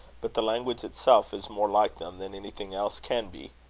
but the language itself is more like them than anything else can be.